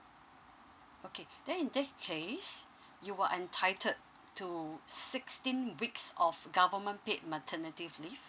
okay then in that case you are entitled to sixteen weeks of government paid maternity leave